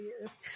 years